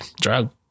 drug